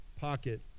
pocket